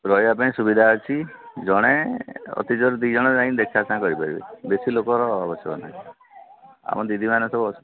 ରହିବା ପାଇଁ ସୁବିଧା ଅଛି ଜଣେ ଅତି ଦୁଇ ଜଣ ଯାଇକି ଦେଖା ଚାହାଁ କରିପାରିବେ ବେଶୀ ଲୋକର ଆବଶ୍ୟକ ନାହିଁ ଆମ ଦିଦିମାନେ ସବୁ ଅଛନ୍ତି